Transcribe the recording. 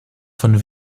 von